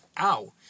ow